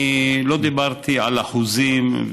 אני לא דיברתי על אחוזים,